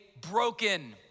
Broken